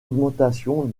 augmentation